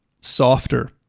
softer